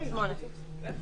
תהיה